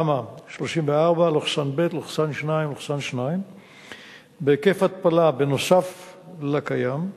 תמ"א 34/ב/2/2, בהיקף התפלה, נוסף על הקיים,